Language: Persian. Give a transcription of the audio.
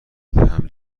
بهم